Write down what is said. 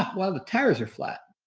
wow, well the tires are flat.